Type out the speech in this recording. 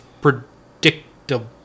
predictable